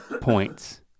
points